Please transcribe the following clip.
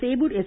Sevur S